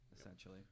essentially